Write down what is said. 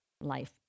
life